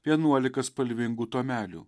vienuolika spalvingų tomelių